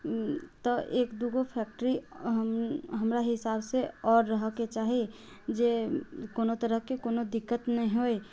तऽ एक दू गो फैक्ट्री हम हमरा हिसाबसँ आओर रहऽके चाही जे कोनो तरहके कोनो दिक्कत नहि होइ